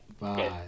Bye